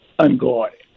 unguarded